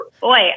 boy